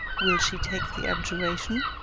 will she take the abjuration?